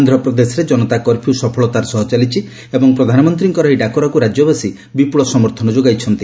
ଆନ୍ଧ୍ରପ୍ରଦେଶରେ ଜନତା କର୍ଫ୍ୟୁ ସଫଳତାର ସହ ଚାଲିଛି ଏବଂ ପ୍ରଧାନମନ୍ତ୍ରୀଙ୍କର ଏହି ଡାକରାକୁ ରାଜ୍ୟବାସୀ ବିପୁଳ ସମର୍ଥନ ଯୋଗାଇଛନ୍ତି